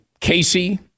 Casey